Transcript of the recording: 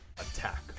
attack